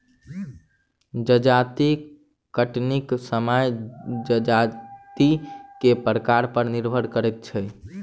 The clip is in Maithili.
जजाति कटनीक समय जजाति के प्रकार पर निर्भर करैत छै